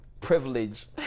privilege